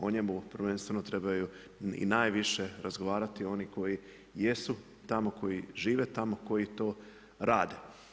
O njemu prvenstveno trebaju i najviše razgovarati oni koji jesu tamo, koji žive tamo, koji to rade.